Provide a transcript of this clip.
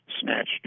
snatched